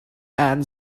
and